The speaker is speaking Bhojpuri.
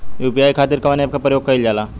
यू.पी.आई खातीर कवन ऐपके प्रयोग कइलजाला?